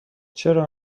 چرا